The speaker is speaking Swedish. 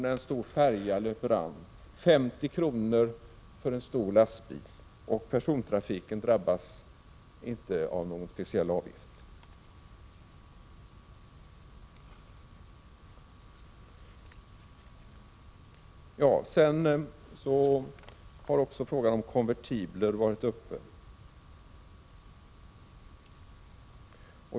när en stor färja lägger till, 50 kr. för en stor lastbil, medan persontrafiken inte drabbas av någon avgift. Frågan om konvertibler har också varit uppe.